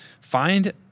Find